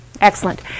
Excellent